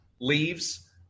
leaves